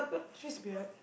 she's weird